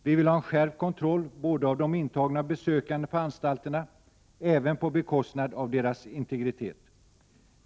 Vi vill ha en skärpt kontroll, både av de intagna och av de besökande på anstalterna, även på bekostnad av deras integritet.